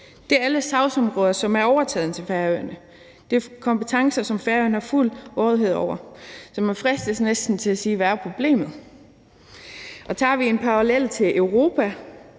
Det er alle sagsområder, som er overtaget af Færøerne. Det er kompetencer, som Færøerne har fuld rådighed over. Så man fristes næsten til at sige: Hvad er problemet? Drager vi en parallel til Europa,